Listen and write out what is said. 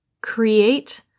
create